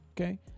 Okay